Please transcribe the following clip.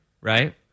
right